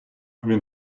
він